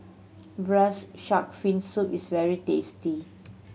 Braised Shark Fin Soup is very tasty